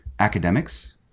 academics